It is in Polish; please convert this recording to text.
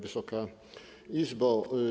Wysoka Izbo!